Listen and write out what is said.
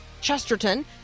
Chesterton